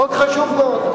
חוק חשוב מאוד,